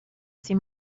see